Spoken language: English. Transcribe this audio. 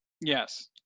Yes